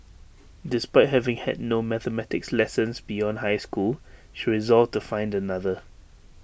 despite having had no mathematics lessons beyond high school she resolved to find another